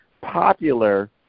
popular